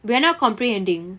we're not comprehending